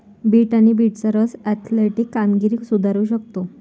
bit आणि बीटचा रस ऍथलेटिक कामगिरी सुधारू शकतो